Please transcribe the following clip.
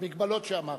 במגבלות שאמרת.